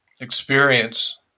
experience